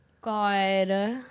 God